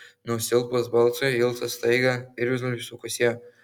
nusilpus balsui nilsas staiga irzliai sukosėjo